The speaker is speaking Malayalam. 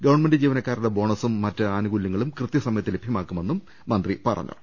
ഗവൺമെന്റ് ജീവനക്കാരുടെ ബോണസും മറ്റാനുകൂല്യങ്ങളും കൃത്യസമ യത്ത് ലഭ്യമാക്കുമെന്നും മന്ത്രി പറഞ്ഞു